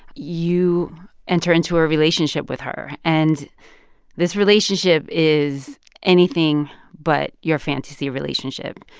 you enter into a relationship with her. and this relationship is anything but your fantasy relationship.